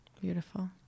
beautiful